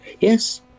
yes